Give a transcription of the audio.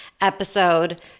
episode